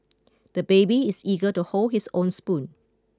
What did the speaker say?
the baby is eager to hold his own spoon